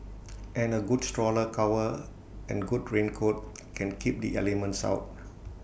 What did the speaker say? and A good stroller cover and good raincoat can keep the elements out